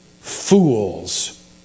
fools